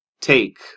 take